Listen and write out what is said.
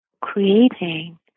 creating